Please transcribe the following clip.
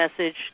message